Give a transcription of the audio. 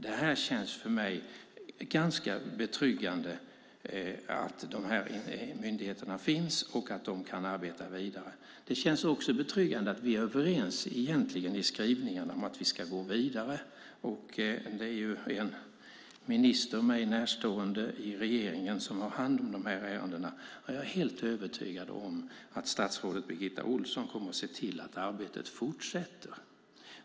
Det känns för mig betryggande att dessa myndigheter finns och att de kan arbeta vidare. Det känns också betryggande att vi är överens i skrivningarna om att vi ska gå vidare. En mig närstående minister i regeringen har hand om ärendena. Jag är helt övertygad om att statsrådet Birgitta Ohlsson kommer att se till att arbetet fortsätter.